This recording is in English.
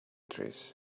trees